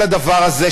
כל הדבר הזה,